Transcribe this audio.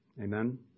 Amen